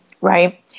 Right